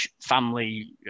family